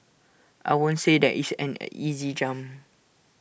I won't say that is an easy jump